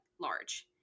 large